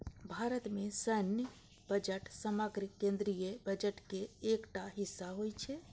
भारत मे सैन्य बजट समग्र केंद्रीय बजट के एकटा हिस्सा होइ छै